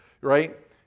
right